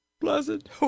Pleasant